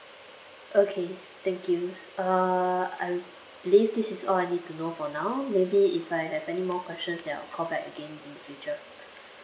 okay thank you uh I believe this is all I need to know for now maybe if I have any more questions then I'll call back again in the future